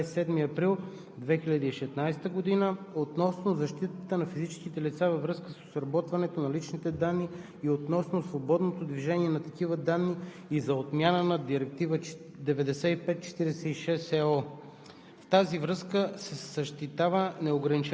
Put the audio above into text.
2016/679 на Европейския парламент и на Съвета от 27 април 2016 г. относно защитата на физическите лица във връзка с обработването на лични данни и относно свободното движение на такива данни и за отмяна на Директива